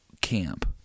camp